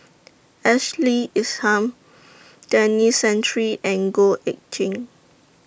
Ashley Isham Denis Santry and Goh Eck Kheng